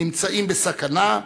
נמצאת בסכנה,